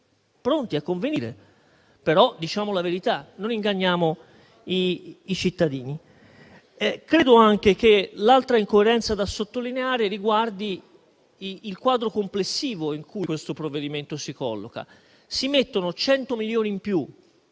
pronti a convenire. Diciamo però la verità e non inganniamo i cittadini. L'altra incoerenza da sottolineare riguarda il quadro complessivo in cui il provvedimento si colloca. Si mettono 100 milioni in più